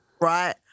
right